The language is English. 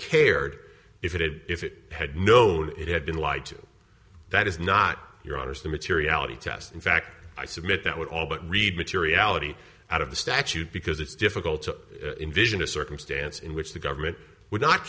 cared if it had if it had known it had been lied to that is not your honour's the materiality test in fact i submit that would all but read materiality out of the statute because it's difficult to envision a circumstance in which the government would not